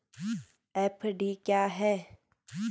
FD क्या है?